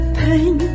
pain